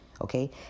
Okay